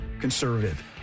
conservative